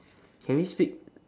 can we speak